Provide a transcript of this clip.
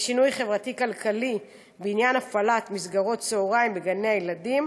לשינוי חברתי-כלכלי בעניין הפעלת מסגרות צהריים בגני-הילדים